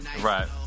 Right